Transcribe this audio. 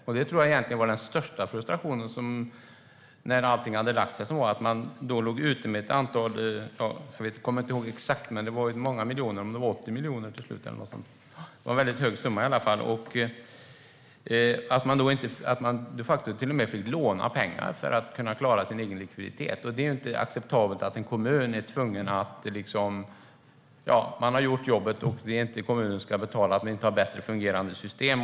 När allting hade lagt sig var nog den största frustrationen att man låg ute med många miljoner - jag kommer inte ihåg om det var 80 miljoner. Det var i alla fall en väldigt stor summa. Kommunen fick till och med låna pengar för att kunna klara sin egen likviditet. Det är inte acceptabelt att en kommun som har gjort jobbet ska behöva betala för att det inte finns bättre fungerande system.